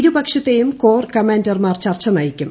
ഇരുപക്ഷത്തെയും core കമാൻഡർമാർ ചർച്ച നയിക്കും